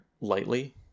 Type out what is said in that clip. lightly